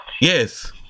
Yes